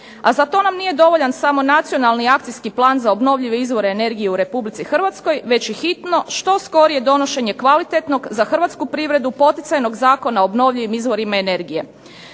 A za to nam nije dovoljan samo nacionalni akcijski plan za obnovljivi izvore energije u RH već i hitno što skorije donošenje kvalitetnog za hrvatsku privredu poticajnog Zakona o obnovljivim izvorima energije.